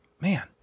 man